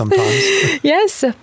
Yes